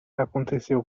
aconteceu